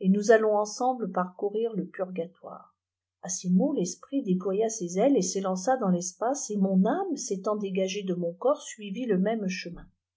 et nou allons ensemble parcourir le pwgatoire a bes mots t'prit dépleya ses aiksy et s'élança dans l'espace et mon ftofte s'étant dégagée dé mm eofps suivit le même cèemin